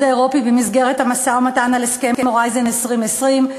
האירופי במסגרת המשא-ומתן על הסכם "הורייזן 2020",